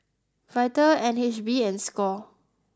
Vital N H B and Score